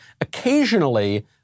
occasionally